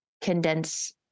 condense